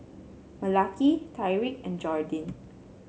Malaki Tyrik and Jordyn